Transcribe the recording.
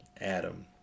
Adam